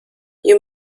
you